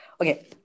Okay